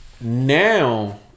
Now